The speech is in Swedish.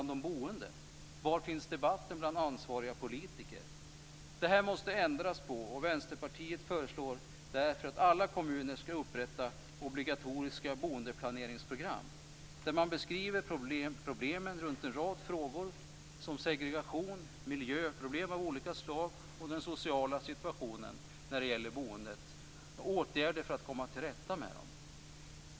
Det här måste ändras på. Vänsterpartiet föreslår därför att alla kommuner skall upprätta obligatoriska boendeplaneringsprogram, där man beskriver problemen runt en rad frågor som segregation, miljöproblem av olika slag, den sociala situationen när det gäller boendet och åtgärder för att komma till rätta med problemen.